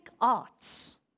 arts